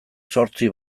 zortzi